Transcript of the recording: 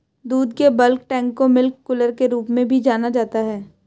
दूध के bulk tank को मिल्क कूलर के रूप में भी जाना जाता है